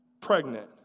pregnant